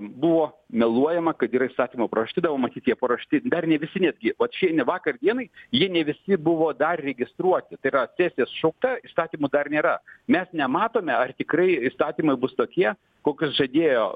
buvo meluojama kad yra įstatymai paruošti vėl matyt jie paruošti dar ne visi netgi o čia ir ne vakar dienai jie ne visi buvo dar registruoti tai yra sesija sušaukta įstatymų dar nėra mes nematome ar tikrai įstatymai bus tokie kokius žadėjo